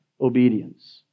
obedience